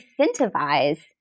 incentivize